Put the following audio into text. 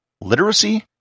literacy